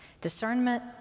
Discernment